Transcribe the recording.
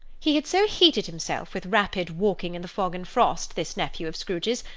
he had so heated himself with rapid walking in the fog and frost, this nephew of scrooge's,